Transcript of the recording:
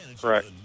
Correct